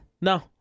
No